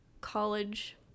college